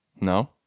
no